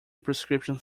prescriptions